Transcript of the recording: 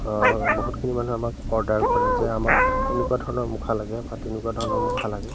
বহুতখিনি মানুহে আমাক অৰ্ডাৰ কৰে যে আমাক এনেকুৱা ধৰণৰ মুখা লাগে বা তেনেকুৱা ধৰণৰ মুখা লাগে